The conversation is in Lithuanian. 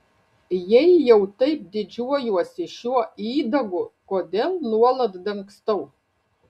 jei jau taip didžiuojuosi šiuo įdagu kodėl nuolat dangstau